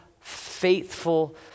faithful